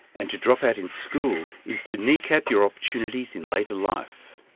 and to drop out in school is to kneecap your opportunities in later life.